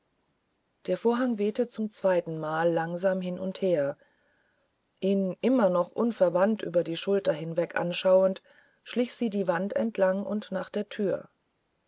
der vorhang wehte zum zweiten male langsam hin und her ich immer noch unverwandt über die schulter hinweg anschauend schlich sie sich die wand entlang nachdertür kommst du